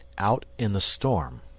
out in the storm